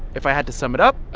if i had to sum it up.